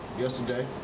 yesterday